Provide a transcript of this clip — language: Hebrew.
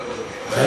3,500. ואז,